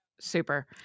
Super